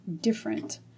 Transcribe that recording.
different